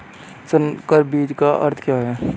संकर बीज का अर्थ क्या है?